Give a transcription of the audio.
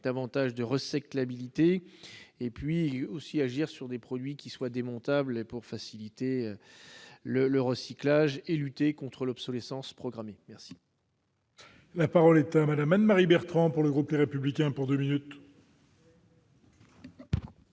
davantage de recettes l'habilité et puis aussi agir sur des produits qui soient démontables et pour faciliter le recyclage et lutter contre l'obsolescence programmée merci. La parole était à madame Anne-Marie Bertrand pour le groupe, les républicain pour 2 minutes.